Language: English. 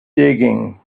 digging